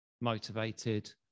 motivated